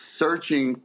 searching